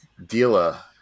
Dila